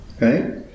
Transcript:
right